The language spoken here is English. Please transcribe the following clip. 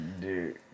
dude